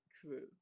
true